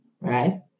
Right